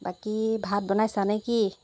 বাকী ভাত বনাইছা নে কি